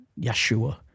Yeshua